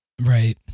right